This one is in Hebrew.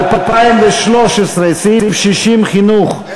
2013, סעיף 60, חינוך.